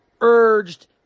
urged